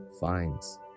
finds